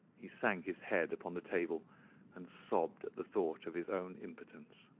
he sank his head upon the table and sobbed at the thought of his own impotence.